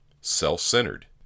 self-centered